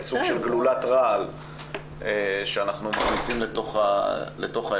סוג של גלולת רעל שאנחנו מכניסים לתוך האירוע.